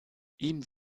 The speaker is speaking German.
ihm